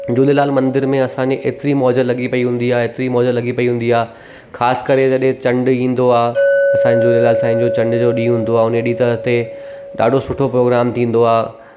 झूलेलाल मंदर में असांजे हेतिरी मौज़ लॻी पई हूंदी आहे हेतिरी मौज लॻी पई हूंदी आहे ख़ासि करे जॾहिं चंडु ईंदो आहे असां झूलेलाल साईं जो चंड जो ॾींहुं हूंदो आहे हुन ॾींहुं त हिते ॾाढो सुठो प्रोग्राम थींदो आहे